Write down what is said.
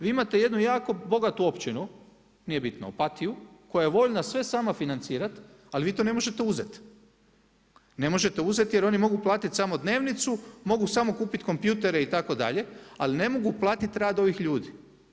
Vi imate jednu jako bogatu općinu, nije bitno Opatiju, koja je voljna sve sama financirati, ali vi to ne možete uzeti, ne možete uzeti, jer oni mogu platiti samo dnevnicu, mogu samo kupiti kompjutere itd., ali ne mogu platiti rad ovih ljudi.